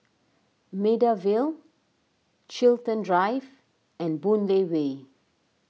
Maida Vale Chiltern Drive and Boon Lay Way